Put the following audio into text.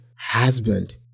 husband